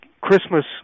Christmas